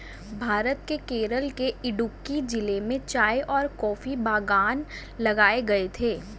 भारत के केरल के इडुक्की जिले में चाय और कॉफी बागान लगाए गए थे